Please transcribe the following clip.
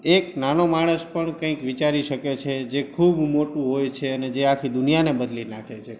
એક નાનો માણસ પણ કંઈક વિચારી શકે છે જે ખૂબ મોટું હોય છે અને જે આખી દુનિયાને બદલી નાખે છે